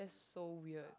so weird